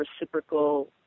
reciprocal